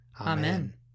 Amen